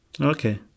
okay